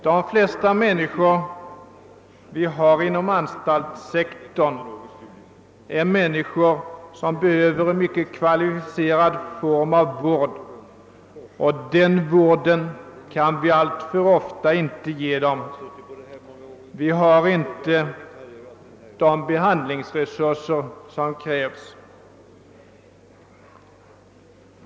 De flesta människor vi har inom anstaltssektorn är människor som behöver en mycket kvalificerad form av vård, och den vården kan vi alltför ofta inte ge dem. Vi har inte de behandlingsresurser som krävs.